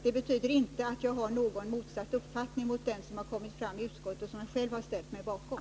Det betyder inte att jag har någon motsatt uppfattning mot den som har kommit fram i utskottet och som jag själv har ställt mig bakom.